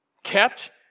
Kept